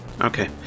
Okay